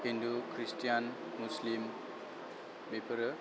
Hindu Christian Muslim बेफोरो